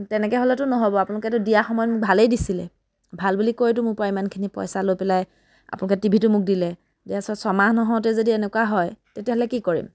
কিন্তু তেনেকৈ হ'লেতো ন'হব আপোনালোকেতো দিয়া সময়ত ভালেই দিছিল ভাল বুলি কৈতো মোৰ পৰা ইমানখিনি পইচা লৈ পেলাই আপোনালোকে টিভিটো মোক দিলে দিয়া পাছত ছমাহ নহওঁতেই যদি এনেকুৱা হয় তেতিয়াহ'লে কি কৰিম